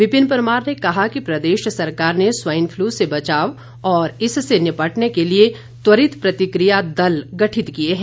विपिन परमार ने कहा कि प्रदेश सरकार ने स्वाइन फ्लू से बचाव और इससे निपटने के लिए त्वरित प्रतिक्रिया दल गठित किए है